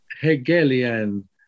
Hegelian